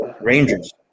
rangers